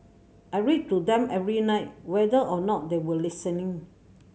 I read to them every night whether or not they were listening